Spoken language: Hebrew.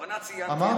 בכוונה ציינתי את זה.